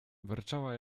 warczała